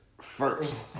first